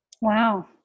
Wow